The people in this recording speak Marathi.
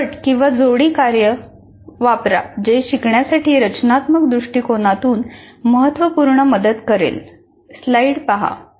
गट किंवा जोडी कार्य वापरा जे शिकण्यासाठी रचनात्मक दृष्टिकोनातून महत्त्वपूर्ण मदत करेल